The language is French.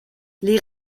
les